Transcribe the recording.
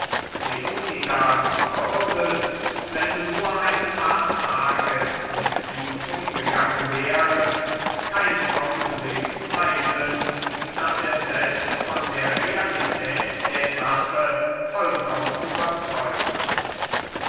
kleonidas würdest wenn du nur ein paar tage mit ihm umgegangen wärest keinen augenblick zweifeln daß er selbst von der realität der sache vollkommen überzeugt ist